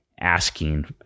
asking